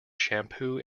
shampoo